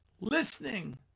Listening